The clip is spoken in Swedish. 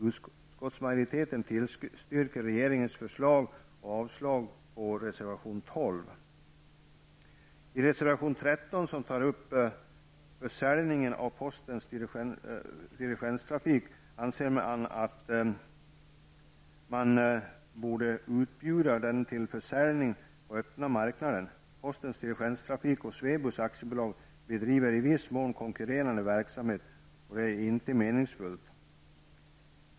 Postens Diligenstrafik anses att man borde bjuda ut den till försäljning på öppna marknaden. Postens Diligenstrafik och Swebus AB bedriver i viss mån konkurrerande verksamhet, och det är inte meningsfullt.